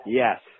yes